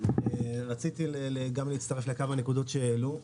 רציתי להצטרף לכמה נקודות שהעלו.